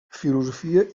filosofia